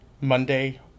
Monday